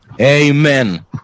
Amen